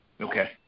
Okay